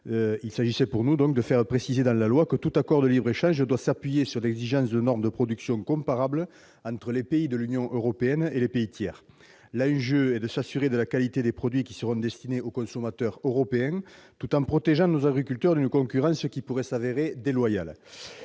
Il s'agissait pour nous de faire préciser dans la loi que tout accord de libre-échange doit s'appuyer sur l'exigence de normes de production comparables entre les pays de l'Union européenne et les pays tiers. L'objectif est d'assurer la qualité des produits destinés aux consommateurs européens, tout en protégeant nos agriculteurs d'une concurrence qui pourrait s'avérer déloyale.